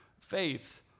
faith